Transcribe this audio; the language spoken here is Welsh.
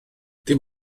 dim